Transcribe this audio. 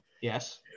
Yes